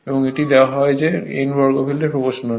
এবং এটি দেওয়া হয় যে n বর্গফিল্ডের প্রপ্রোশনাল